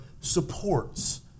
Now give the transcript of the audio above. supports